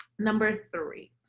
number three.